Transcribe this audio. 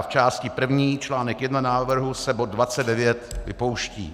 V části první článek jedna návrhu se bod 29 vypouští.